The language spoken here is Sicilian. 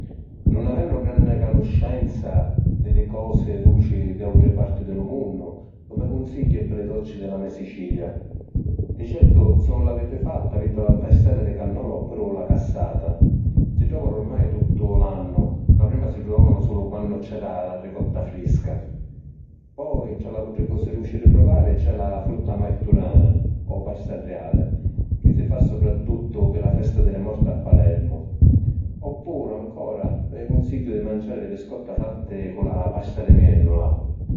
Nun avennu granni canuscenza di li cosi duci di autri parti di lu munnu, lu me’ cunsigghiu e pi li dolci di la me’ Sicilia. Di certu, si nun l’aviti fattu, aviti a tastari li cannola oppuru la cassata. Si trovanu ormai tuttu l’annu, ma prima si truvavanu sulu quannu c’era la ricotta frisca. Poi ntra l’autri cosi duci di pruvari c’è la frutta marturana, o pasta riali, chi si fa supratuttu pi la festa di morti a Palermu. Oppuru, ancora, vi cunsigghiu di manciari li viscotta fatti cu la pasta di mennula.